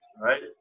right